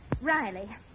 Riley